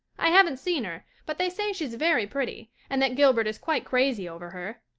i haven't seen her, but they say she's very pretty and that gilbert is quite crazy over her.